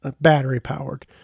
battery-powered